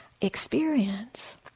experience